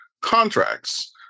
contracts